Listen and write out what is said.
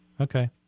okay